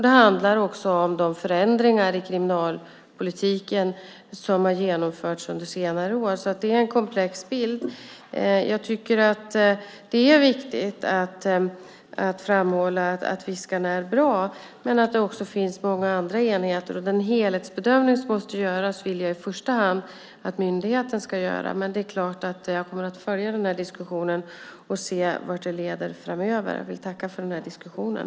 Det handlar också om de förändringar i kriminalpolitiken som har genomförts under senare år. Det är en komplex bild. Jag tycker att det är viktigt att framhålla att Viskan är bra, men att det också finns många andra enheter. Den helhetsbedömning som måste göras vill jag i första hand att myndigheten ska göra. Men det är klart att jag kommer att följa den här diskussionen och se vart den leder framöver. Jag vill tacka för den här diskussionen.